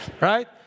right